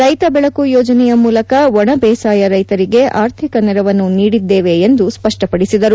ರೈತ ಬೆಳಕು ಯೋಜನೆಯ ಮೂಲಕ ಒಣ ಬೇಸಾಯ ರೈತರಿಗೆ ಆರ್ಥಿಕ ನೆರವನ್ನು ನೀಡಿದ್ದೇವೆ ಎಂದು ಸಿದ್ದರಾಮಯ್ಯ ಸ್ಪಷ್ವಪಡಿಸಿದರು